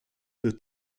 wird